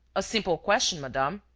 a simple question, madame,